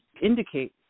indicate